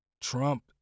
Trump